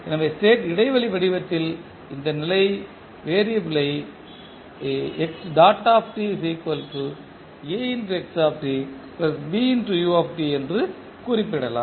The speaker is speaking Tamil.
எனவே ஸ்டேட் இடைவெளி வடிவத்தில் இந்த நிலை வேறியபிள் யை என்று குறிப்பிடலாம்